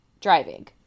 driving